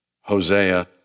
Hosea